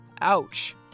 Ouch